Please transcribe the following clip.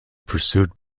pursued